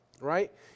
right